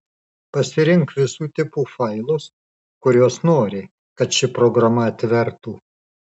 pasirink visų tipų failus kuriuos nori kad ši programa atvertų